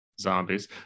zombies